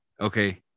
okay